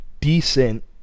decent